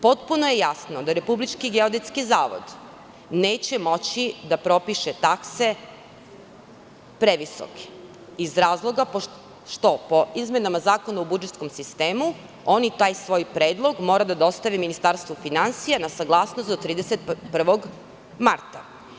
Potpuno je jasno da RGZ neće moći da propiše takse previsoke, iz razloga što, po izmenama Zakona o budžetskom sistemu, oni taj svoj predlog moraju da dostave Ministarstvu finansija na saglasnost do 31. marta.